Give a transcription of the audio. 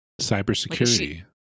Cybersecurity